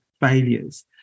failures